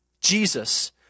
Jesus